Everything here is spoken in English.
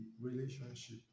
relationship